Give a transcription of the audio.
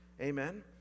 Amen